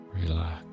Relax